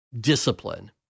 discipline